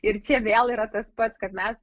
ir čia vėl yra tas pats kad mes